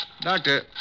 Doctor